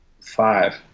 five